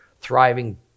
thriving